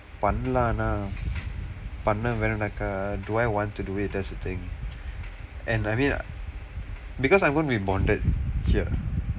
பண்ணலாம் ஆனா பண்ண வேண்டும்னா:pannalaam aanaa panna veendumnaa do I want to do it that's the thing and I mean because I am going to be bonded here